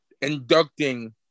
inducting